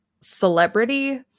celebrity